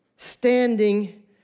standing